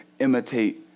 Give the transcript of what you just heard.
imitate